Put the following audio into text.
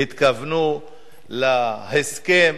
התכוונו להסכם